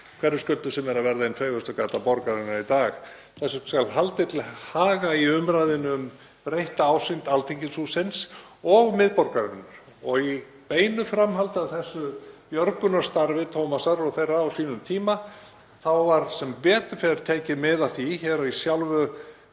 Hverfisgötu sem er að verða ein fegursta gata borgarinnar í dag. Þessu skal haldið til haga í umræðunni um breytta ásýnd Alþingishússins og miðborgarinnar. Og í beinu framhaldi af þessu björgunarstarfi Tómasar og þeirra á sínum tíma var sem betur fer tekið mið af því hér í sjálfu